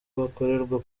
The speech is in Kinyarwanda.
bakorerwa